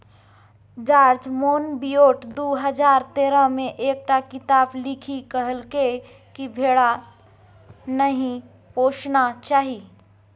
George Monbiot दु हजार तेरह मे एकटा किताप लिखि कहलकै कि भेड़ा नहि पोसना चाही